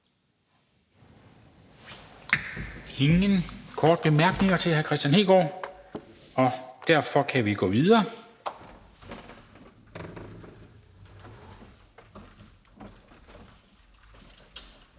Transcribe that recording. ingen korte bemærkninger til hr. Kristian Hegaard. Derfor kan vi gå videre